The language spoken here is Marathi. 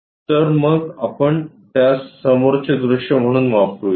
तर मग आपण त्यास समोरचे दृश्य म्हणून वापरुया